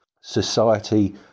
society